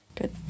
Good